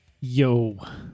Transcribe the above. Yo